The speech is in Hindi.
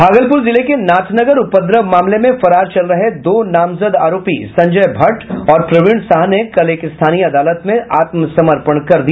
भागलपुर जिले के नाथनगर उपद्रव मामले में फरार चल रहे दो नामजद आरोपी संजय भट्ट और प्रवीण साह ने कल एक स्थानीय अदालत में आत्मसमर्पण कर दिया